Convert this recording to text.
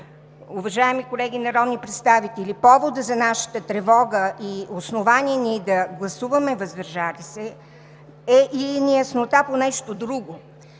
уважаеми колеги народни представители, поводът за нашата тревога и основание ние да гласуваме „въздържал се“ е и неяснота по нещо друго.